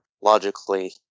logically